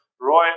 Roy